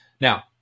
Now